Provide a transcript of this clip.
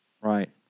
Right